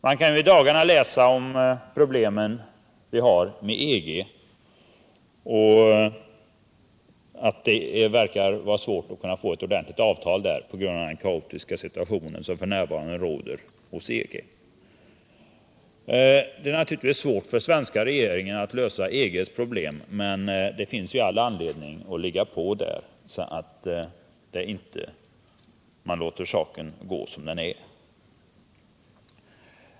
Vi har i dagarna kunnat läsa om EG:s problem och att det har varit svårt att träffa ett ordentligt avtal på grund av den kaotiska situation som f. n. råder i EG. Det är naturligtvis omöjligt för den svenska regeringen att lösa EG:s problem, men det finns ändå all anledning att ligga på där och inte bara låta det gå som det går.